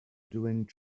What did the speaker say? doing